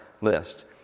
list